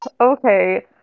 Okay